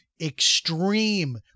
extreme